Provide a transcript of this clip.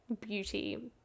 beauty